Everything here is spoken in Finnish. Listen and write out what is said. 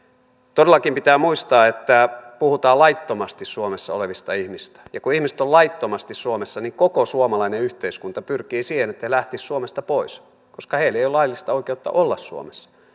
todellakin pitää muistaa että puhutaan laittomasti suomessa olevista ihmisistä ja kun ihmiset ovat laittomasti suomessa niin koko suomalainen yhteiskunta pyrkii siihen että he lähtisivät suomesta pois koska heillä ei ole laillista oikeutta olla suomessa